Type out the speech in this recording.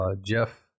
Jeff